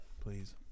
Please